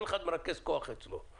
כל אחד מרכז כוח אצלו.